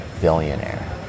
billionaire